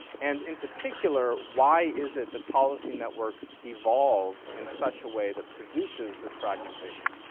and in particular, why is it the policy networks evolve in such a way that produces this fragmentation.